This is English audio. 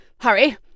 Hurry